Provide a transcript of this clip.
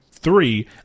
three